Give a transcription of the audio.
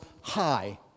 high